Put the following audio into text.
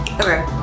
Okay